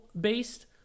based